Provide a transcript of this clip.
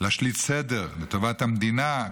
להשליט סדר לטובת המדינה,